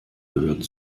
gehört